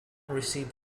receipt